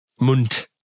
Munt